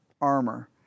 armor